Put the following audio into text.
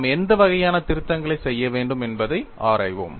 நாம் எந்த வகையான திருத்தங்களைச் செய்ய வேண்டும் என்பதை ஆராய்வோம்